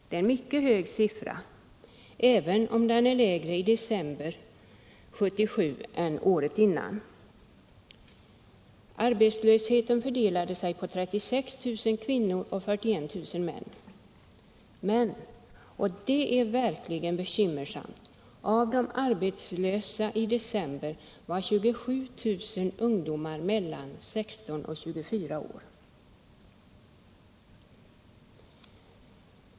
Det är en mycket hög siffra, även om den är lägre än siffran för december året innan. Arbetslösheten fördelade sig på 36 000 kvinnor och 41 000 män. Men, och det är verkligen bekymmersamt, av de arbetslösa i december var 27 000 ungdomar mellan 16 och 24 år.